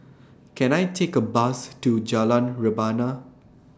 Can I Take A Bus to Jalan Rebana